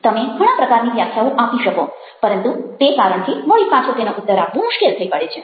તમે ઘણા પ્રકારની વ્યાખ્યાઓ આપી શકો પરંતુ તે કારણથી વળી પાછો તેનો ઉત્તર આપવો મુશ્કેલ થઈ પડે છે